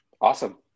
awesome